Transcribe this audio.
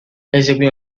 eseguì